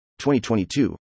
2022